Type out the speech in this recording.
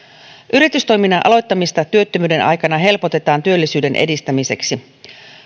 yritystoiminnan aloittamista työttömyyden aikana helpotetaan työllisyyden edistämiseksi